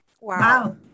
wow